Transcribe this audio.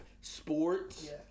sports